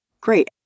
Great